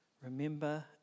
Remember